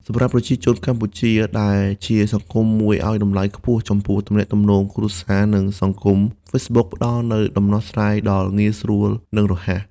សម្រាប់ប្រជាជនកម្ពុជា ដែលជាសង្គមមួយឱ្យតម្លៃខ្ពស់ចំពោះទំនាក់ទំនងគ្រួសារ និងសង្គម Facebook ផ្តល់នូវដំណោះស្រាយដ៏ងាយស្រួលនិងរហ័ស។